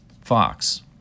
Fox